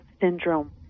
syndrome